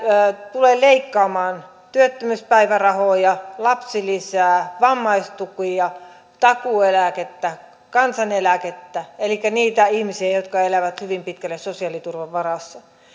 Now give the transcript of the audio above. tulee leikkaamaan työttömyyspäivärahoja lapsilisää vammaistukia takuueläkettä kansaneläkettä elikkä niiltä ihmisiltä jotka elävät hyvin pitkälle sosiaaliturvan varassa